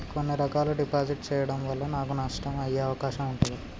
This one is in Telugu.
కొన్ని రకాల డిపాజిట్ చెయ్యడం వల్ల నాకు నష్టం అయ్యే అవకాశం ఉంటదా?